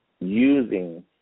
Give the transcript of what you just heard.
Using